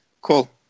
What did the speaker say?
cool